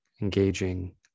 engaging